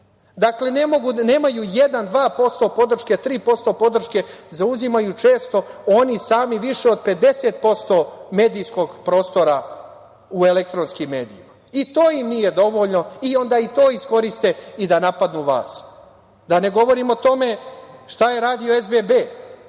Dakle, nemaju 1%, 2%, 3% podrške, zauzimaju često oni sami više od 50% medijskog prostora u elektronskim medijima. I to im nije dovoljno i onda i to iskoriste i da napadnu vas. Da ne govorim o tome šta je radio SBB.